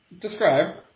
describe